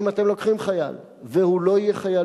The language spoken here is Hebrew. אם אתם לוקחים חייל והוא לא יהיה חייל